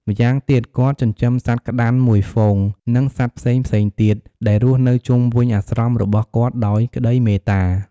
ម្យ៉ាងទៀត គាត់ចិញ្ចឹមសត្វក្ដាន់មួយហ្វូង និងសត្វផ្សេងៗទៀត ដែលរស់នៅជុំវិញអាស្រមរបស់គាត់ដោយក្ដីមេត្តា។